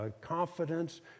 confidence